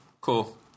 Cool